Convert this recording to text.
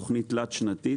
תכנית תלת שנתית